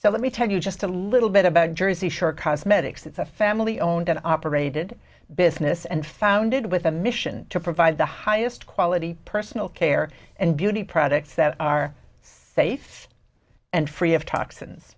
so let me tell you just a little bit about jersey shore cosmetics it's a family owned and operated business and founded with a mission to provide the highest quality personal care and beauty products that are safe and free of toxins